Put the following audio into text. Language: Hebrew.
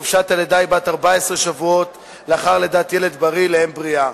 חופשת הלידה היא בת 14 שבועות לאחר לידת ילד בריא לאם בריאה.